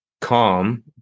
calm